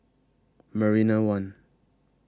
Marina one